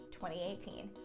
2018